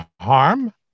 harm